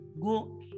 go